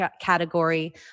category